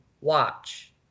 watch